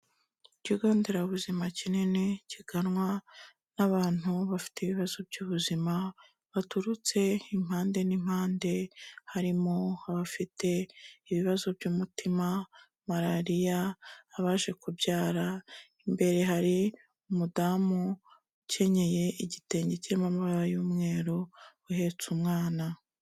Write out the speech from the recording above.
Ikigo nderabuzima kinini kiganwa n'abantu bafite ibibazo by'ubuzima, baturutse impande n'impande harimo abafite ibibazo by'umutima, malariya, abaje kubyara, imbere hari umudamu ukenyeye igitenge kirimo amabara y'umweru uhetse umwana.